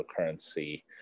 cryptocurrency